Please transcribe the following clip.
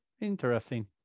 interesting